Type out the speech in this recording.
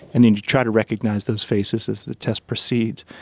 and then you try to recognise those faces as the test proceeds.